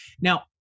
Now